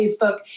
Facebook